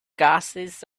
gases